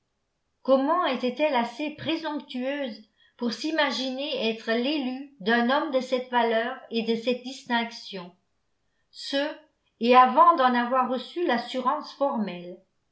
comment était-elle assez présomptueuse pour s'imaginer être l'élue d'un homme de cette valeur et de cette distinction ce et avant d'en avoir reçu l'assurance formelle